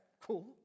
cool